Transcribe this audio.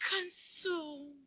Consume